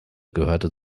gehörte